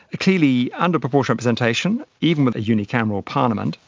clearly under proportional representation, even with a unicameral parliament,